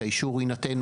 שהאישור יינתן,